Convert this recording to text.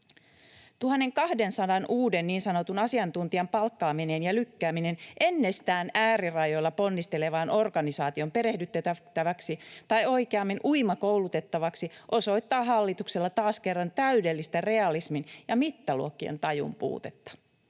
1 200 uuden niin sanotun asiantuntijan palkkaaminen ja lykkääminen ennestään äärirajoilla ponnistelevan organisaation perehdytettäväksi, tai oikeammin uimakoulutettavaksi, osoittaa hallitukselta taas kerran täydellistä realismin ja mittaluokkien tajun puutetta.